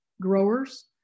growers